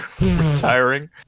retiring